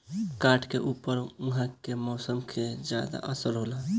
काठ के ऊपर उहाँ के मौसम के ज्यादा असर होला